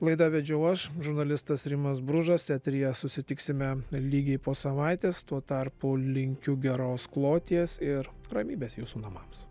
laidą vedžiau aš žurnalistas rimas bružas eteryje susitiksime lygiai po savaitės tuo tarpu linkiu geros kloties ir ramybės jūsų namams